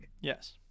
Yes